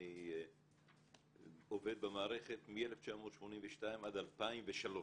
אני עובד במערכת מ-1982 עד 2003,